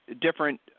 different –